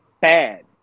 bad